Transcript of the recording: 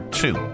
two